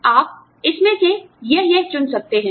आप इसमें से यह यह चुन सकते हैं